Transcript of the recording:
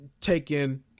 taking